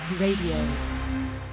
radio